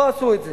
לא עשו את זה.